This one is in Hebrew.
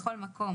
בכל מקום,